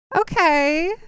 okay